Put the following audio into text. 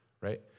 right